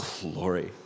glory